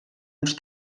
uns